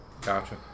Gotcha